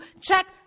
Check